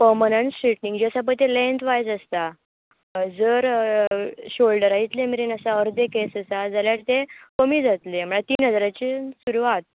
permanent straightening आसा पळय ते लँत वायज आसता हय जर शोल्डरा इतले मेरेन आसा अर्दे केस आसा जाल्यार ते कमी जातले म्हणल्यार तीन हजराची सुरवात